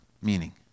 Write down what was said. meaning